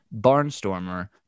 Barnstormer